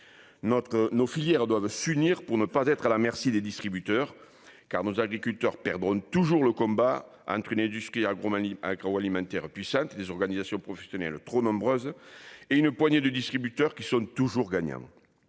Nos filières doivent s'unir pour ne pas être à la merci des distributeurs, car nos agriculteurs perdront toujours le combat entre une industrie agroalimentaire puissante, des organisations professionnelles trop nombreuses et une poignée de distributeurs qui sont toujours gagnants.